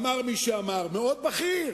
אמר מי שאמר, מאוד בכיר,